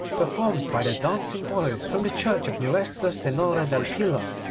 performed by the dancing boys from the church of nuestra senora del pilar,